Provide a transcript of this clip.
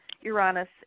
Uranus